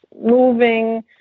moving